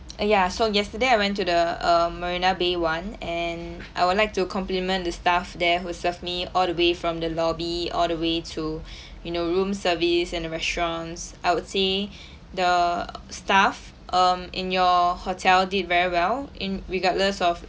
ya so yesterday I went to the uh marina bay [one] and I would like to compliment the staff there who serve me all the way from the lobby all the way to you know room service and the restaurants I would say the staff um in your hotel did very well in regardless of